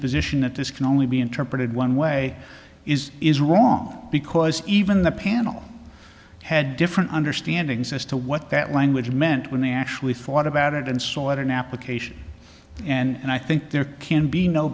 position that this can only be interpreted one way is is wrong because even the panel had different understanding as to what that language meant when they actually thought about it and sought an application and i think there can be no